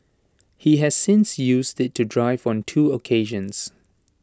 he has since used IT to drive on two occasions